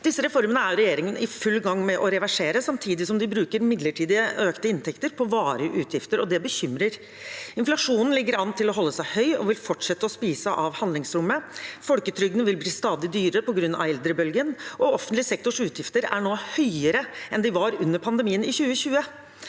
Disse reformene er regjeringen i full gang med å reversere samtidig som de bruker midlertidig økte inntekter på varige utgifter. Det bekymrer. Inflasjonen ligger an til å holde seg høy og vil fortsette å spise av handlingsrommet. Folketrygden vil bli stadig dyrere på grunn av eldrebølgen, og offentlig sektors utgifter er nå høyere enn de var under pandemien i 2020.